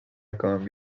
acaban